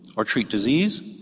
or treat disease,